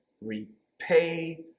repay